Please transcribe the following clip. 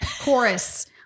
chorus